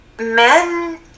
men